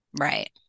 Right